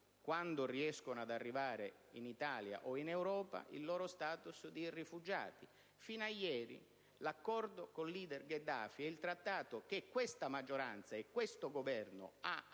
quando riesce ad arrivare in Italia o in Europa, il proprio *status* di rifugiato. Fino a ieri, l'accordo con il leader Gheddafi e il trattato che questa maggioranza e questo Governo hanno